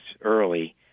early